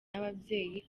nababyeyi